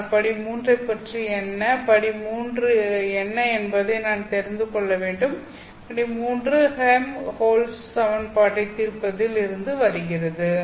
ஆனால் படி 3 பற்றி என்ன படி 3 என்ன என்பதை நான் தெரிந்து கொள்ள வேண்டும் படி 3 ஹெல்ம்ஹோல்ட்ஸ் சமன்பாட்டைத் தீர்ப்பதில் இருந்து வருகிறது